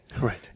Right